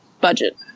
budget